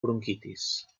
bronquitis